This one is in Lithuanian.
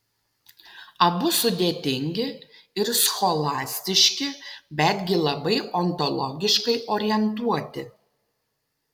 abu sudėtingi ir scholastiški betgi labai ontologiškai orientuoti